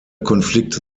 konflikte